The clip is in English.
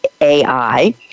AI